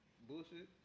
Bullshit